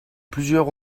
plusieurs